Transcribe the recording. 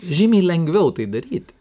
žymiai lengviau tai daryti